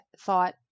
thought